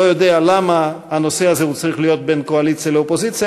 לא יודע למה הנושא הזה צריך להיות בין קואליציה לאופוזיציה.